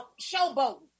showboat